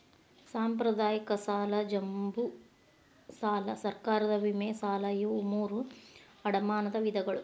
ಸಾಂಪ್ರದಾಯಿಕ ಸಾಲ ಜಂಬೂ ಸಾಲಾ ಸರ್ಕಾರದ ವಿಮೆ ಸಾಲಾ ಇವು ಮೂರೂ ಅಡಮಾನದ ವಿಧಗಳು